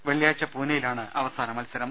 വെള്ളിയാഴ്ച പൂനെയിലാണ് അവ സാന മത്സരം